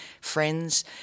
friends